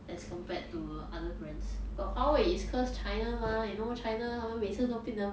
as compared to other brands but huawei is cause china mah you know china 他们每次都变得